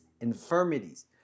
infirmities